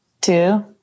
two